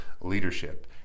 leadership